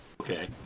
Okay